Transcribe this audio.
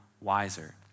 wiser